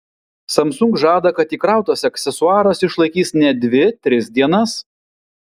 samsung žada kad įkrautas aksesuaras išlaikys net dvi tris dienas